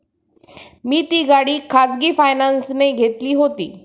मी ती गाडी खाजगी फायनान्सने घेतली होती